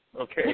Okay